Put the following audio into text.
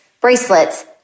bracelets